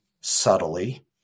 subtly